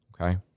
okay